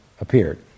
appeared